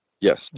Yes